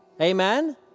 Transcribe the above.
Amen